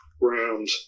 round